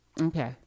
Okay